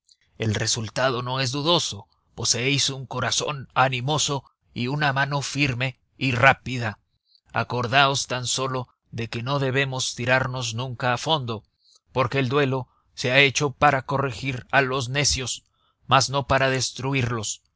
el resultado no es dudoso poseéis un corazón animoso y una mano firme y rápida acordaos tan sólo de que no debemos tirarnos nunca a fondo porque el duelo se ha hecho para corregir a los necios mas no para destruirlos